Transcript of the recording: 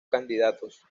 candidatos